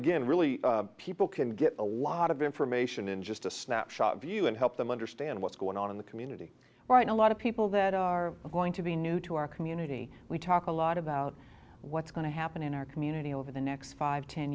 again really people can get a lot of information in just a snapshot view and help them understand what's going on in the community right now a lot of people that are going to be new to our community we talk a lot about what's going to happen in our community over the next five ten